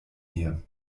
hier